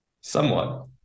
Somewhat